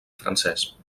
francès